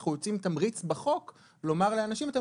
אנחנו יוצרים תמריץ בחוק לומר לאנשים שהם